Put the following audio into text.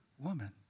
Woman